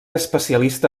especialista